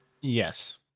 Yes